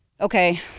okay